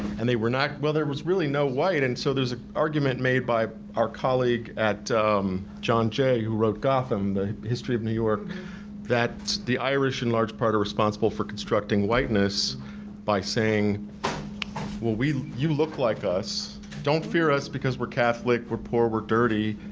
and they were not, well there was really no white, and so there's an argument made by our colleague at john jay who wrote gotham the history of new york that the irish, in large part are responsible for constructing whiteness by saying well you look like us, don't fear us because we're catholic, we're poor, we're dirty,